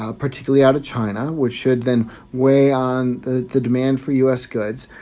ah particularly out of china, which should then weigh on the the demand for u s. goods.